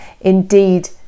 Indeed